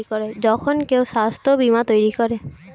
যখন কেউ স্বাস্থ্য বীমা তৈরী করে